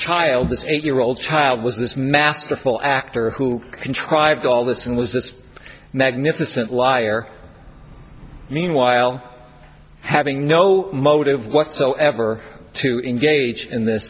child this eight year old child was this masterful actor who contrived all this and was this magnificent liar meanwhile having no motive whatsoever to engage in this